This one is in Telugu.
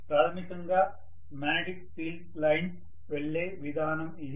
ప్రాథమికంగా మాగ్నెటిక్ ఫీల్డ్ లైన్స్ వెళ్లే విధానం ఇది